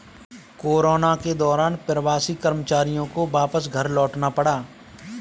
corona के दौरान प्रवासी कर्मचारियों को वापस घर लौटना पड़ा